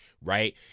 right